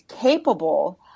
capable